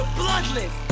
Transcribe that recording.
bloodless